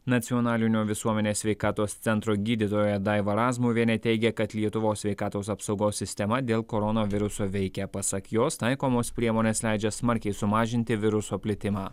nacionalinio visuomenės sveikatos centro gydytoja daiva razmuvienė teigia kad lietuvos sveikatos apsaugos sistema dėl koronaviruso veikia pasak jos taikomos priemonės leidžia smarkiai sumažinti viruso plitimą